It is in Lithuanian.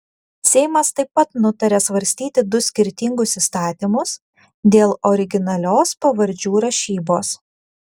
seimas taip pat nutarė svarstyti du skirtingus įstatymus dėl originalios pavardžių rašybos